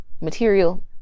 Material